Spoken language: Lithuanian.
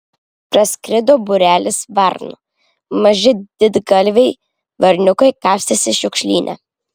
praskrido būrelis varnų maži didgalviai varniukai kapstėsi šiukšlyne